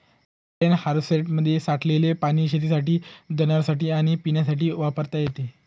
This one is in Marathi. रेन हार्वेस्टरमध्ये साठलेले पाणी शेतीसाठी, जनावरांनासाठी आणि पिण्यासाठी वापरता येते